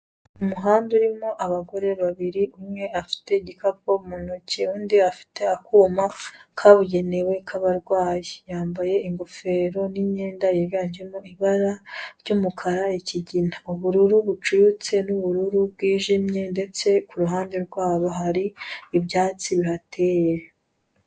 Umuhanda urimo abagore babiri umwe afite igikapu mu ntoki undi afite akuma kabugenewe k'abarwayi, yambaye ingofero n'imyenda yiganjemo ibara ry'umukara, ikigina, ubururu bucuyutse n'ubururu bwijimye, ndetse ku ruhande rwabo hari ibyatsi bihateye.